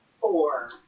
Four